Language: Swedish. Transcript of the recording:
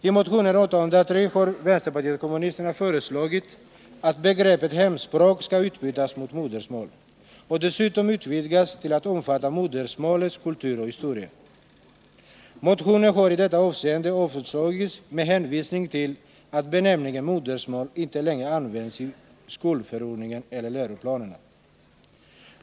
I motionen 803 har vpk föreslagit att begreppet hemspråk skall utbytas mot modersmål och dessutom utvidgas till att omfatta modersmålets kultur och historia. Motionen har i detta avseende avstyrkts med hänvisning till att benämningen modersmål inte längre används i skolförordningen eller läroplanerna.